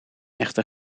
echter